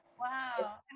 Wow